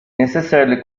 necessarily